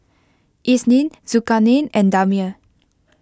Isnin Zulkarnain and Damia